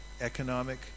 economic